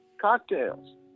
cocktails